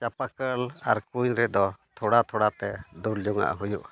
ᱪᱟᱯᱟ ᱠᱚᱞ ᱟᱨ ᱠᱩᱧ ᱨᱮᱫᱚ ᱛᱷᱚᱲᱟ ᱛᱷᱚᱲᱟ ᱛᱮ ᱫᱩᱞ ᱡᱚᱝᱡᱚᱜᱚᱜ ᱦᱩᱭᱩᱜᱼᱟ